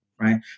right